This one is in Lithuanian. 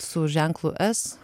su ženklu s